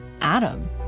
Adam